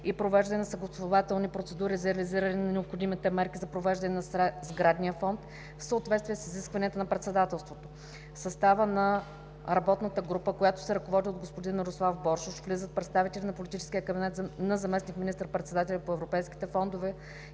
и провеждане на съгласувателни процедури за реализиране на необходимите мерки за привеждането на сградния фонд в съответствие с изискванията на председателството. В състава на МРГ, която се ръководи от господин Мирослав Боршош, влизат представители на политическия кабинет на заместник министър-председателя по европейските фондове